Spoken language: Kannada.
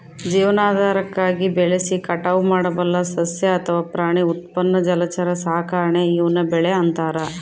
ಜೀವನಾಧಾರಕ್ಕಾಗಿ ಬೆಳೆಸಿ ಕಟಾವು ಮಾಡಬಲ್ಲ ಸಸ್ಯ ಅಥವಾ ಪ್ರಾಣಿ ಉತ್ಪನ್ನ ಜಲಚರ ಸಾಕಾಣೆ ಈವ್ನ ಬೆಳೆ ಅಂತಾರ